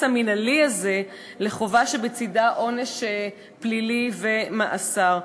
המינהלי הזה לחובה שבצדה עונש פלילי ומאסר.